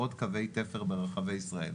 בעוד קווי תפר ברחבי ישראל.